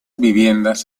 viviendas